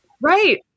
Right